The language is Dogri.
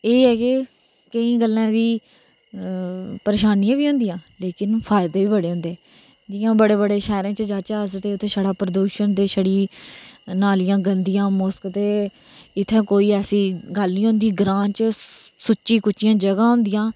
एह् है कि केईं गल्लें दी परेशानी बी होंदियां लेकिन फायदे बी बडे़ होंदे जियां बडे़ बडे़ शैहरें च जाहचै अस तां उत्थै छड़ै प्रदूषण ते नालियां गदिंया मुश्क ते इत्थै कोई ऐसी गल्ल नेई होंदी ग्रां च सुच्चियां जगह होंदियां